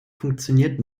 funktioniert